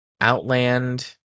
Outland